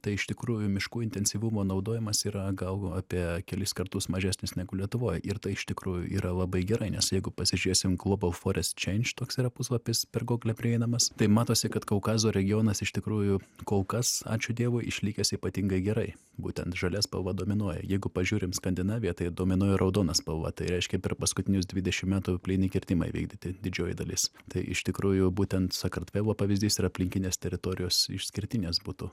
tai iš tikrųjų miškų intensyvumo naudojimas yra gal apie kelis kartus mažesnis negu lietuvoj ir tai iš tikrųjų yra labai gerai nes jeigu pasižiūrėsim global forest čeinč toks yra puslapis per gogle prieinamas tai matosi kad kaukazo regionas iš tikrųjų kol kas ačiū dievui išlikęs ypatingai gerai būtent žalia spalva dominuoja jeigu pažiūrim skandinaviją tai dominuoja raudona spalva tai reiškia per paskutinius dvidešim metų plyni kirtimai vykdyti didžioji dalis tai iš tikrųjų būtent sakartvelo pavyzdys ir aplinkinės teritorijos išskirtinės būtų